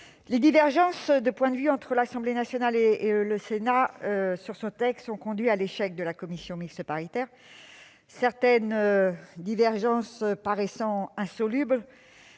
les divergences de points de vue entre l'Assemblée nationale et le Sénat sur ce texte ont conduit à l'échec de la commission mixte paritaire. Certaines de ces divergences paraissant insolubles,